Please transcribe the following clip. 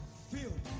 feel